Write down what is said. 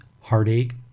heartache